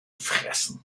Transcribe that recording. fressen